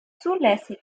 zulässig